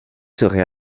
serait